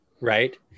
right